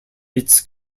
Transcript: its